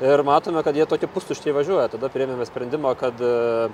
ir matome kad jie tokie pustuščiai važiuoja tada priėmėme sprendimą kad